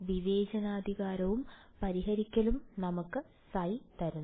വിവേചനാധികാരവും പരിഹരിക്കലും നമുക്ക് ϕ തരുന്നു